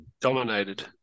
Dominated